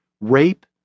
Rape